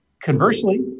Conversely